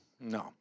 No